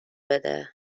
بده